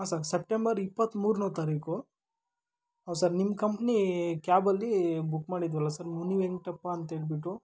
ಹಾಂ sir September ಇಪ್ಪತ್ತ ಮೂರನೇ ತಾರೀಕು ಹೌದು ಸರ್ ನಿಮ್ಮ ಕಂಪ್ನಿ ಕ್ಯಾಬಲ್ಲಿ ಬುಕ್ ಮಾಡಿದ್ವಲ್ಲ ಸರ್ ಮುನಿ ವೆಂಕಟಪ್ಪ ಅಂತೇಳ್ಬಿಟ್ಟು